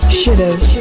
should've